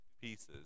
pieces